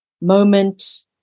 moment